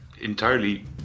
entirely